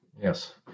Yes